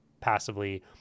passively